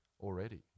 already